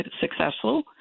successful